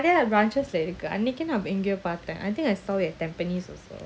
that's true too but I don't know but branches I think I saw it at tampines also